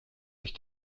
sich